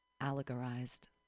allegorized